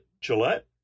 Gillette